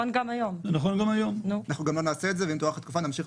ביטוח לאומי אומר להם: תביאו אישור מרשות